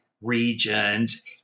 regions